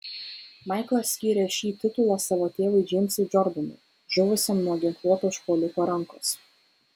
maiklas skyrė šį titulą savo tėvui džeimsui džordanui žuvusiam nuo ginkluoto užpuoliko rankos